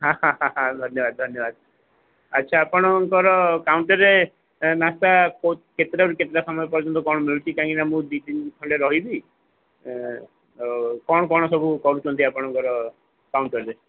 ହା ହା ହା ହା ଧନ୍ୟବାଦ ଧନ୍ୟବାଦ ଆଚ୍ଛା ଆପଣଙ୍କର କାଉଣ୍ଟର୍ରେ ଏ ନାସ୍ତା କୋର୍ସ କେତେଟାରୁ କେତେଟା ସମୟ ପ୍ରର୍ଯ୍ୟନ୍ତ କ'ଣ ମିଳୁଛି କାହିଁକିନା ମୁଁ ଦୁଇ ତିନି ଦିନ ଖଣ୍ଡେ ରହିବି ଆଉ କ'ଣ କ'ଣ ସବୁ କରୁଛନ୍ତି ଆପଣଙ୍କର କାଉଣ୍ଟର୍ରେ